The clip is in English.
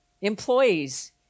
Employees